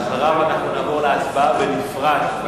ואחריו, נעבור להצבעה בנפרד.